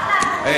יאללה,